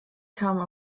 kamen